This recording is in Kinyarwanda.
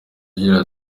agira